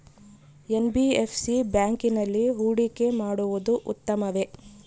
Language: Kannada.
ಎನ್.ಬಿ.ಎಫ್.ಸಿ ಬ್ಯಾಂಕಿನಲ್ಲಿ ಹೂಡಿಕೆ ಮಾಡುವುದು ಉತ್ತಮವೆ?